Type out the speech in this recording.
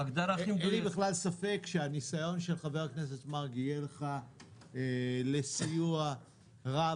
אין לי בכלל ספק שהניסיון של חבר הכנסת מרגי יהיה לך לסיוע רב.